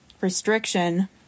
restriction